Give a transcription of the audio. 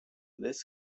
this